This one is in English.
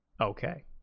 Okay